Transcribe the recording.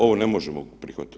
Ovo ne možemo prihvatiti.